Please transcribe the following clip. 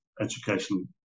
education